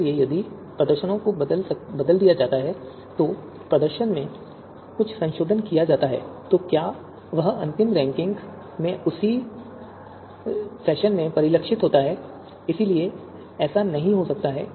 इसलिए यदि प्रदर्शनों को बदल दिया जाता है तो प्रदर्शन में कुछ संशोधन किया जाता है तो क्या वह अंतिम रैंकिंग में उसी फैशन में परिलक्षित होता है इसलिए ऐसा नहीं हो सकता है